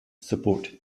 support